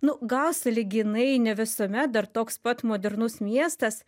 nu gal sąlyginai ne visuomet dar toks pat modernus miestas